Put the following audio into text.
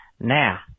Now